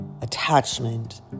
attachment